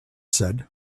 said